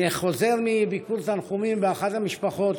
אני חוזר מביקור תנחומים אצל אחת המשפחות,